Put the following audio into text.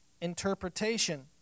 interpretation